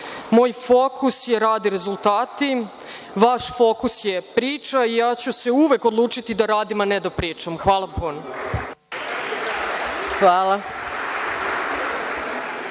Moj fokus su rad i rezultati, vaš fokus je priča i uvek ću se odlučiti da radim, a ne da pričam. Hvala puno. **Maja